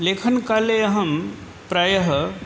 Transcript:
लेखनकाले अहं प्रायः